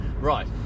Right